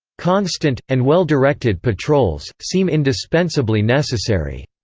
constant, and well directed patrols, seem indispensably necessary.